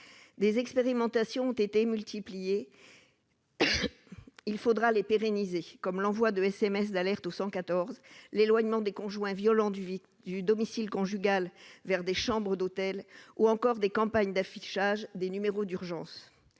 Des expérimentations ont été multipliées, qu'il faudra pérenniser, comme l'envoi de SMS d'alerte au 114, l'éloignement des conjoints violents du domicile conjugal vers des chambres d'hôtel, ou encore des campagnes d'affichage des numéros d'urgence.